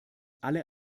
alle